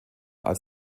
als